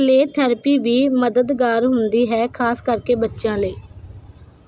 play therapy ਵੀ ਮਦਦਗਾਰ ਹੁੰਦੀ ਹੈ ਖਾਸ ਕਰਕੇ ਬੱਚਿਆਂ ਲਈ